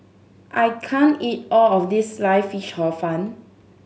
I can't eat all of this Sliced Fish Hor Fun